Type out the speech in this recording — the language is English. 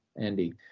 Andy